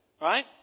Right